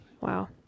wow